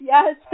Yes